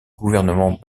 gouvernement